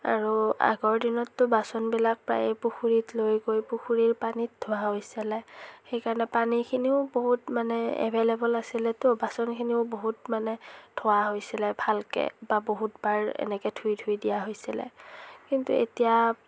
আৰু আগৰ দিনতটো বাচনবিলাক প্ৰায়ে পুখুৰীত লৈ গৈ পুখুৰীৰ পানীত ধোৱা হৈছিলে সেইকাৰণে পানীখিনিও বহুত মানে এভেইলেবল আছিলেতো বাচনখিনিও বহুত মানে ধোৱা হৈছিলে ভালকৈ বা বহুতবাৰ এনেকৈ ধুই ধুই দিয়া হৈছিলে কিন্তু এতিয়া